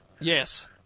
Yes